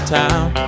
town